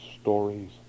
stories